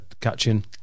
catching